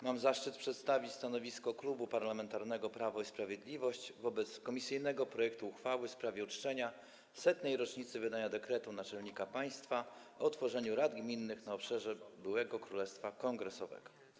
Mam zaszczyt przedstawić stanowisko Klubu Parlamentarnego Prawo i Sprawiedliwość wobec komisyjnego projektu uchwały w sprawie uczczenia 100. rocznicy wydania dekretu Naczelnika Państwa o utworzeniu Rad Gminnych na obszarze b. Królestwa Kongresowego.